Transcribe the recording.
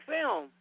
film